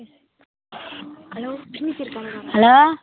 hello hello